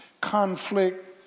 conflict